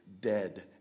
dead